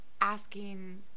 asking